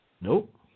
Nope